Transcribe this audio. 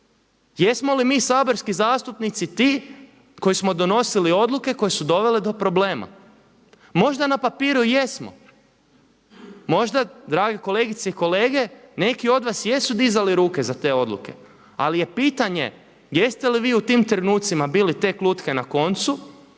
Jesmo li mi saborski zastupnici ti koji smo donosili odluke koje su dovele do problema? Možda na papiru i jesmo. Možda, drage kolegice i kolege, neki od vas jesu dizali ruke za te odluke ali je pitanje jeste li vi u tim trenucima bili tek lutke na koncu